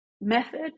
method